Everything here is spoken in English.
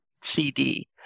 CD